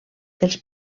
els